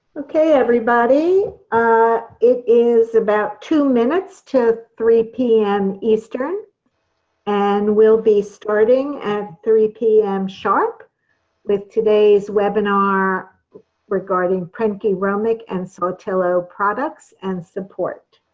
okay, everybody ah it is about two minutes to three p m. eastern and we'll be starting at three p m. sharp with today's webinar regarding prentke romich and satillo products and supports